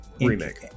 remake